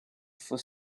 for